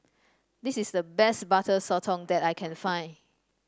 this is the best Butter Sotong that I can find